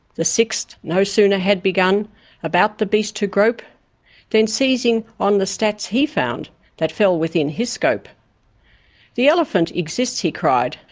the sixth no sooner had begun about the beast to grope then, seizing on the stats he found that fell within his scope the elephant exists he cried.